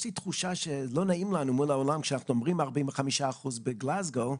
יש לי תחושה שלא נעים לנו מול העולם כשאנחנו אומרים 45 אחוזים בגלזגו,